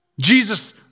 Jesus